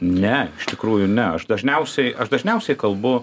ne iš tikrųjų ne aš dažniausiai aš dažniausiai kalbu